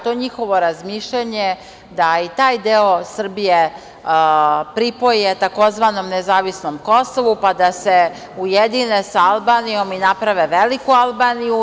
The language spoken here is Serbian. To njihovo razmišljanje je da i taj deo Srbije pripoje tzv. nezavisnom Kosovu, pa da se ujedine sa Albanijom i naprave veliku Albaniju.